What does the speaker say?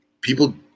people